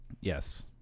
Yes